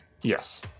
Yes